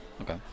Okay